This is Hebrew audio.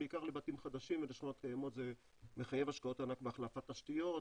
בעיקר לבתים חדשים ובשכונות קיימות זה מחייב השקעות ענק בהחלפת תשתיות,